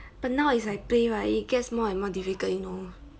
but now it's I play right it gets more and more difficult you know